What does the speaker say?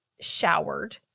showered